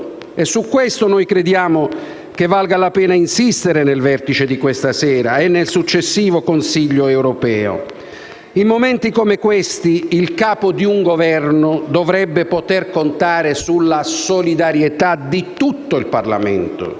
Su questo crediamo valga la pena insistere nel vertice di questa sera e nel successivo Consiglio europeo. In momenti come questi, il Capo di un Governo dovrebbe poter contare sulla solidarietà di tutto il Parlamento